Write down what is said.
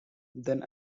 then